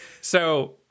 So-